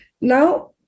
Now